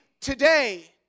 today